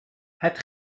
het